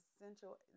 essential